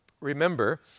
remember